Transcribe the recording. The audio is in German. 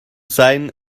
sein